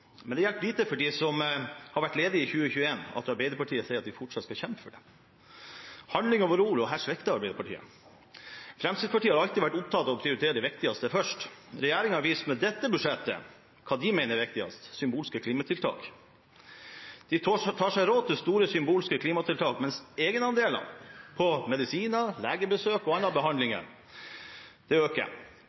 Men det hjelper lite for dem som har vært ledige i 2021, at Arbeiderpartiet sier at de fortsatt skal kjempe for det. Handling over ord – her svikter Arbeiderpartiet. Fremskrittspartiet har alltid vært opptatt av å prioritere det viktigste først. Regjeringen viser med dette budsjettet hva de mener er viktigst: symbolske klimatiltak. De tar seg råd til store, symbolske klimatiltak, mens egenandelene på medisiner, legebesøk og andre behandlinger øker.